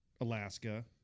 Alaska